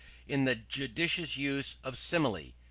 in the judicious use of simile,